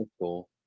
cool